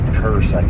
curse